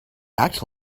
act